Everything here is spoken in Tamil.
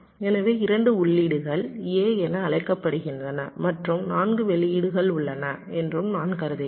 எனவே 2 உள்ளீடுகள் a என அழைக்கப்படுகின்றன என்றும் 4 வெளியீடுகள் உள்ளன என்றும் நான் கருதுகிறேன்